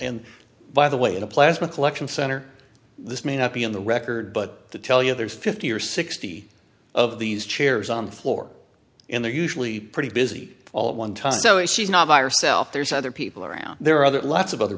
and by the way in a plasma collection center this may not be on the record but to tell you there's fifty or sixty of these chairs on the floor in there usually pretty busy all at one time so if she's not virus self there's other people around there are other lots of other